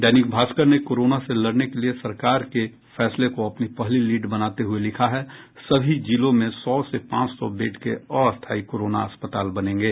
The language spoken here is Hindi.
दैनिक भास्कर ने कोरोना से लड़ने के लिए सरकार के फैसले को अपनी पहली लीड बनाते हुये लिखा है सभी जिलों में सौ से पांच सौ बेड के अस्थाई कोरोना अस्पताल बनेंगे